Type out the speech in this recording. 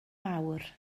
mawr